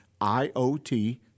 IOT